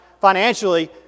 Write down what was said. financially